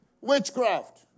witchcraft